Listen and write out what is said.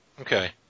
Okay